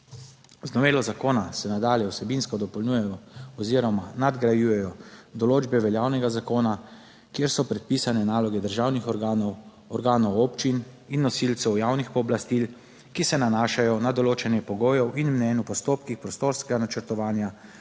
Z novelo zakona se nadalje vsebinsko dopolnjujejo oziroma nadgrajujejo določbe veljavnega zakona, kjer so predpisane naloge državnih organov, organov občin in nosilcev javnih pooblastil, ki se nanašajo na določanje pogojev in mnenj v postopkih prostorskega načrtovanja,